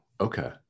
okay